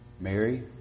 Mary